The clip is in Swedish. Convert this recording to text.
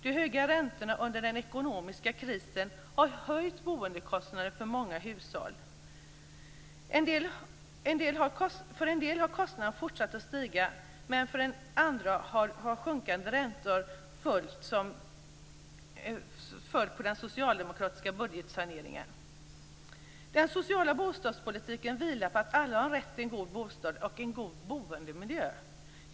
De höga räntorna under den ekonomiska krisen höjde boendekostnaden för många hushåll. För en del har kostnaderna fortsatt att stiga medan de sjunkande räntorna som följt på den socialdemokratiska budgetsaneringen kraftigt har sänkt kostnaden för andra. Den sociala bostadspolitiken vilar på att alla har rätt till en god bostad och en god boendemiljö.